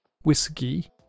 Whiskey